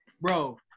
Bro